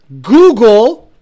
Google